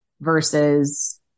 versus